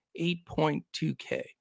8.2K